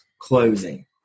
closing